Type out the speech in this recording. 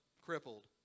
crippled